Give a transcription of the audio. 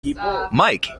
mike